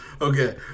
Okay